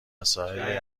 مسائل